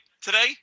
today